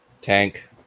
Tank